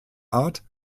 art